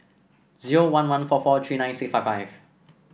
zero one one four four three nine six five five